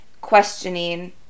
questioning